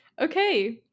Okay